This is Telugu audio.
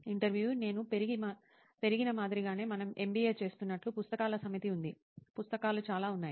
ఇంటర్వ్యూఈ నేను పెరిగి మాదిరిగానే మనం ఎంబీఏ చేస్తున్నట్లు పుస్తకాల సమితి ఉంది పుస్తకాలు చాలా ఉన్నాయి